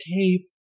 tape